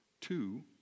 Two